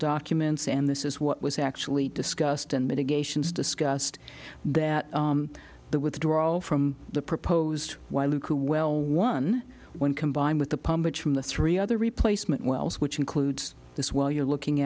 documents and this is what was actually discussed and mitigations discussed that the withdrawal from the proposed while who well one when combined with the public from the three other replacement wells which includes this well you're looking